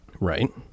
Right